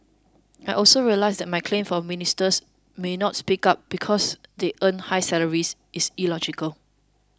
I also realise that my claim that Ministers may not speak up because they earn high salaries is illogical